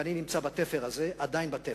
ואני נמצא בתפר הזה, עדיין בתפר.